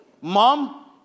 mom